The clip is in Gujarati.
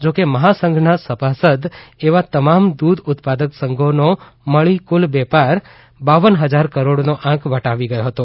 જો કે મહાસંઘના સભાસદ એવા તમામ દુધ ઉત્પાદક સંઘોનો મળી કુલ વેપાર બાવન હજાર કરોડનો આંક વટાવી ગથો હતો